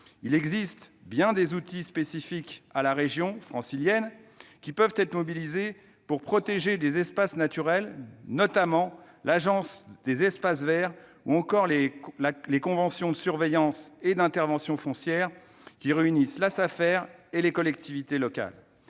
privés. Bien des outils spécifiques à la région francilienne peuvent être mobilisés pour protéger les espaces naturels, notamment l'agence des espaces verts de la région, ou encore les conventions de surveillance et d'interventions foncières qui réunissent la Safer et les collectivités locales.